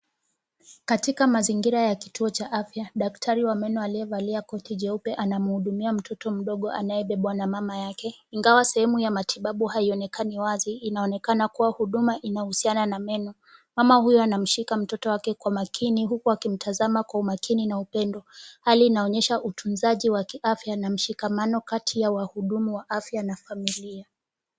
Katika mazingira ya kituo cha afya, daktari wa meno aliyevalia koti jeupe anamhudumia mtoto mdogo anayebebwa na mama yake, ingawa sehemu ya matibabu haionekani wazi, inaonekana kuwa huduma inahusiana na meno. Mama huyu anamshika mtoto wake kwa makini huku akimtazama kwa umakini na upendo. Hali inaonyesha utunzaji wa kiafya na mshikamano kati ya wahudumu wa afya na familia.